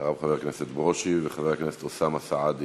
ואחריו, חבר הכנסת ברושי, וחבר הכנסת אוסאמה סעדי